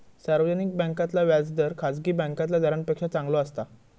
सार्वजनिक बॅन्कांतला व्याज दर खासगी बॅन्कातल्या दरांपेक्षा चांगलो असता